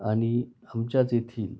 आणि आमच्याच येथील